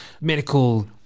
medical